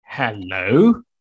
Hello